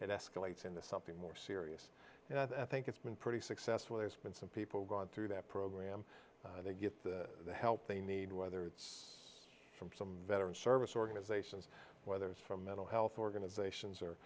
it escalates into something more serious and i think it's been pretty successful there's been some people gone through that program to get the help they need whether it's from some veterans service organizations whether it's from mental health organizations or